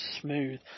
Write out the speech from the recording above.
smooth